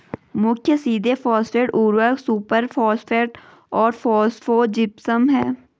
मुख्य सीधे फॉस्फेट उर्वरक सुपरफॉस्फेट और फॉस्फोजिप्सम हैं